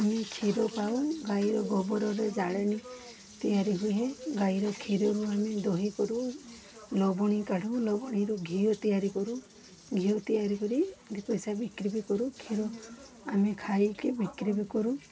ଆମେ କ୍ଷୀର ପାଉ ଗାଈର ଗୋବରରେ ଜାଳେଣୀ ତିଆରି ହୁଏ ଗାଈର କ୍ଷୀରରୁ ଆମେ ଦହି କରୁ ଲବଣୀ କାଢ଼ୁ ଲବଣୀରୁ ଘିଅ ତିଆରି କରୁ ଘିଅ ତିଆରି କରି ଦୁଇ ପଇସା ବିକ୍ରୀ ବି କରୁ କ୍ଷୀର ଆମେ ଖାଇକି ବିକ୍ରୀ ବି କରୁ